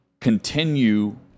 continue